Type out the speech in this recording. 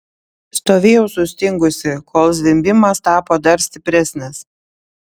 stovėjau sustingusi kol zvimbimas tapo dar stipresnis